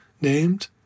named